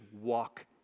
walk